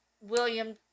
William